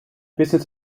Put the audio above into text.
business